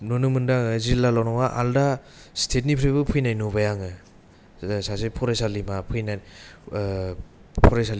नुनो मोनदों आङो जिल्ला ल' नङा आलदा स्तेथनिफ्रायबो फैनाय नुबाय आङो सासे फरायसालिमा फैनानै फरायसालिमानिफ्राय